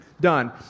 done